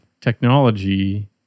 technology